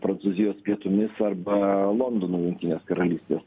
prancūzijos pietumis arba londonu jungtinės karalystės